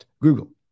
Google